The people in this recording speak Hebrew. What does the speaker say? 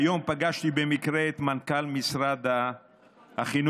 היום פגשתי במקרה את מנכ"ל משרד החינוך,